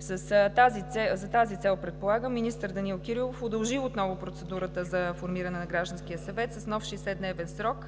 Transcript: За тази цел, предполагам, министър Данаил Кирилов удължи отново процедурата за формиране на Гражданския съвет с нов 60-дневен срок